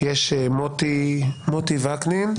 מוטי וקנין.